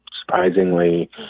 surprisingly